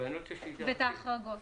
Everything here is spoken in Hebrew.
ואת ההחרגות.